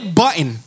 button